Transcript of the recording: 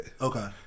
Okay